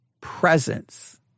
presence